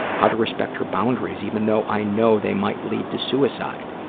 how to respect her boundaries, even though i know they might lead to suicide.